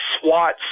SWAT